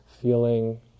feeling